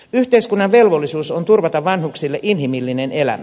yhteiskunnan velvollisuus on turvata vanhuksille inhimillinen elämä